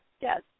yes